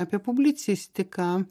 apie publicistiką